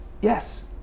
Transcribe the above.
Yes